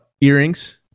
earrings